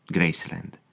Graceland